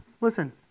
Listen